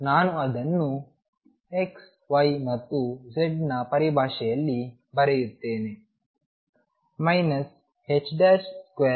ನಾನು ಅದನ್ನು x y ಮತ್ತು z ನ ಪರಿಭಾಷೆಯಲ್ಲಿ ಬರೆಯುತ್ತೇನೆ 22m2ψxyz